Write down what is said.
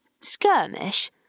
skirmish